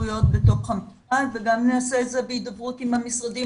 בתוך המשרד וגם נעשה את זה בהידברות עם המשרדים